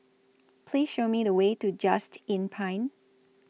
Please Show Me The Way to Just Inn Pine